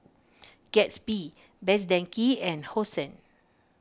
Gatsby Best Denki and Hosen